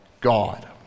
God